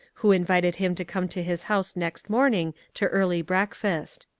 who invited him to come to his house next morning to early breakfast.